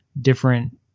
different